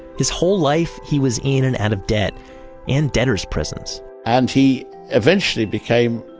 his whole life, he was in and out of debt and debtor's prisons and he eventually became,